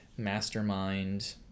mastermind